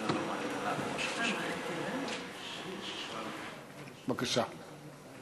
בבקשה.